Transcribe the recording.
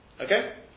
Okay